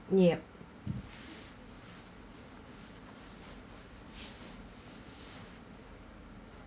yeap